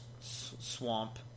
swamp